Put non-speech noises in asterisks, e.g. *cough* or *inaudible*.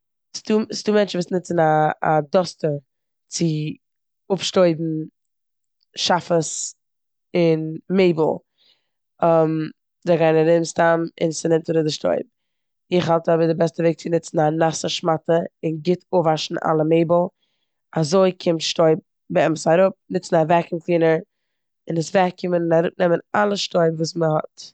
ס'דא- ס'דא מענטשן וואס נוצן א- א דאסטער צו אפשטויבן שאפעס און מעבל. *hesitation* זיי גייען ארום סתם און ס'נעמט אראפ די שטויב. איך האלט אבער די בעסטע וועג איז צו נוצן א נאסע שמאטע און גוט אפוואשן אלע מעבל, אזוי קומט שטויב במת אראפ. נוצן א וועקיום קלינער און עס וועקיומען און אראפנעמען אלע שטויב וואס מ'האט.